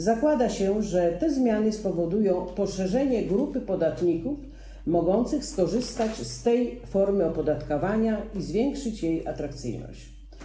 Zakłada się, że zmiany spowodują poszerzenie grupy podatników mogących skorzystać z tej formy opodatkowania i zwiększą jej atrakcyjność.